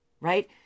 right